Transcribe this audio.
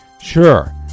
sure